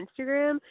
Instagram